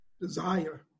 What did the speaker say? desire